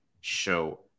show